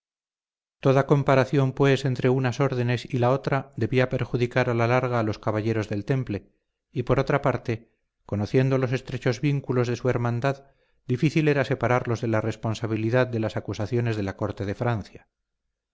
toda comparación pues entre unas órdenes y la otra debía perjudicar a la larga a los caballeros del temple y por otra parte conociendo los estrechos vínculos de su hermandad difícil era separarlos de la responsabilidad de las acusaciones de la corte de francia